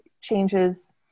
changes